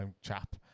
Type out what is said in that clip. chap